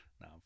Now